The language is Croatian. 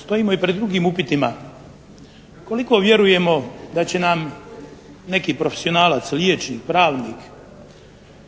stojimo i pred drugim upitima koliko vjerujemo da će nam neki profesionalac, liječnik, pravnik,